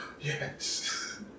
yes